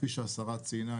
כפי שהשרה ציינה,